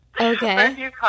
Okay